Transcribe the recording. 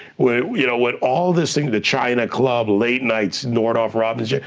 when you know when all this things, the china club, late nights, nordoff-robbins, yeah